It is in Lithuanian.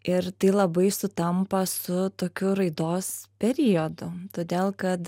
ir tai labai sutampa su tokiu raidos periodu todėl kad